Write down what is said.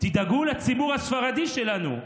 תדאגו לציבור הספרדי שלנו.